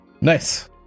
nice